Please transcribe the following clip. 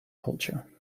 culture